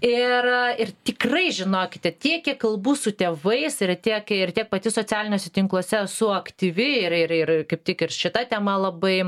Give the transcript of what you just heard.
ir ir tikrai žinokite tiek kiek kalbu su tėvais ir tiek ir tiek pati socialiniuose tinkluose esu aktyvi ir ir ir kaip tik ir šita tema labai